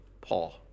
Paul